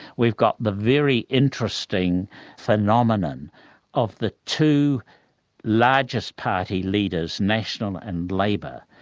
we've got the very interesting phenomenon of the two largest party leaders, national and labour,